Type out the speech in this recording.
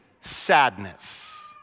sadness